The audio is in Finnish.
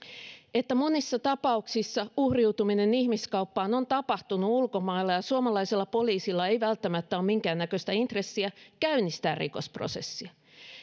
että monissa tapauksissa uhriutuminen ihmiskauppaan on tapahtunut ulkomailla ja suomalaisella poliisilla ei välttämättä ole minkään näköistä intressiä käynnistää rikosprosessia